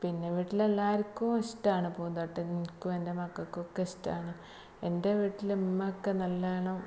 പിന്നെ വീട്ടിൽ എല്ലാവർക്കും ഇഷ്ടമാണ് പൂന്തോട്ടം എനിക്കും എന്റെ മക്കൾക്കും ഒക്കെ ഇഷ്ടമാണ് എന്റെ വീട്ടിൽ ഉമ്മാക്ക് നല്ലോണം